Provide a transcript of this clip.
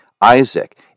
Isaac